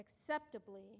acceptably